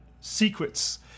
secrets